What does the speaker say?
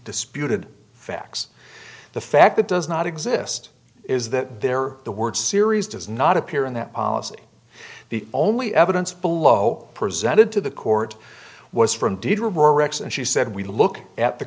disputed facts the fact that does not exist is that there are the words series does not appear in that policy the only evidence below presented to the court was from deidra rex and she said we look at the